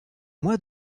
mois